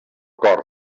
cor